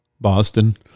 Boston